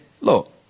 look